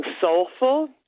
soulful